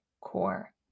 core